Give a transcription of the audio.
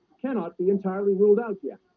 cannot be entirely ruled out yet,